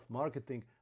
marketing